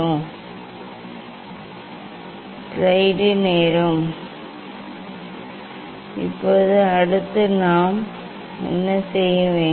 ஒருவர் வெர்னியர் 1 க்கான சராசரி 0 ஐக் கணக்கிட வேண்டும் மற்றும் வெர்னியர் 2 க்கு R 0 ஐக் குறிக்க வேண்டும் இப்போது அடுத்து நாம் என்ன செய்ய வேண்டும்